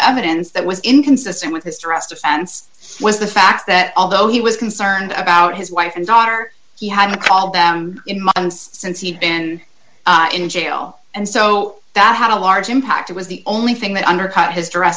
evidence that was inconsistent with his threats defense was the fact that although he was concerned about his wife and daughter he had to call them in months since he'd been in jail and so that had a large impact it was the only thing that undercut his dress